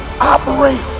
operate